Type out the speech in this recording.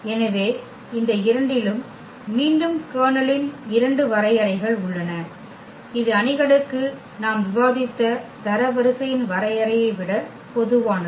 எனவே இந்த இரண்டிலும் மீண்டும் கர்னலின் இரண்டு வரையறைகள் உள்ளன இது அணிகளுக்கு நாம் விவாதித்த தரவரிசையின் வரையறையை விட பொதுவானது